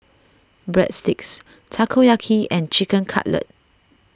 Breadsticks Takoyaki and Chicken Cutlet